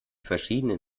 verschiedenen